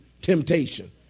temptation